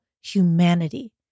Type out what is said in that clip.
humanity